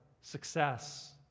success